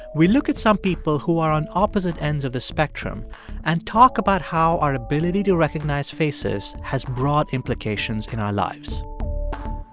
we look at some people who are on opposite ends of the spectrum and talk about how our ability to recognize faces has broad implications in our lives